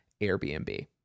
Airbnb